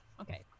Okay